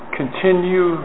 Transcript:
continue